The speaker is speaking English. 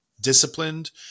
disciplined